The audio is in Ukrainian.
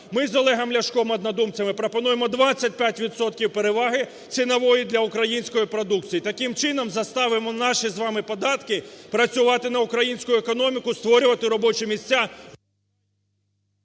Ми з Олегом Ляшком і однодумцями пропонуємо 25 відсотків переваги цінової для української продукції. Таким чином, заставимо наші з вами податки працювати на українську економіку, створювати робочі місця…